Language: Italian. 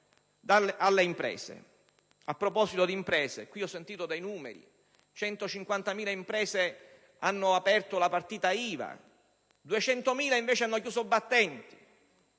alle imprese? A proposito di imprese, ho ascoltato alcuni numeri: 150.000 imprese hanno aperto la partita IVA; 200.000, invece, hanno chiuso i battenti.